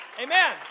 Amen